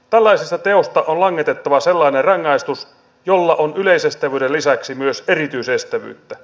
tällaisesta teosta on langetettava sellainen rangaistus jolla on yleisestävyyden lisäksi myös erityisestävyyttä